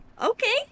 okay